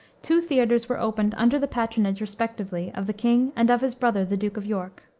two theaters were opened under the patronage, respectively, of the king and of his brother, the duke of york.